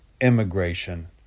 immigration